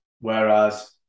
Whereas